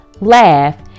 laugh